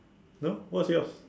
now what's yours